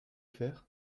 faire